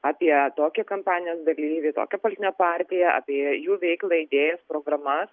apie tokį kampanijos dalyvį tokią politinę partiją apie jų veiklą idėjas programas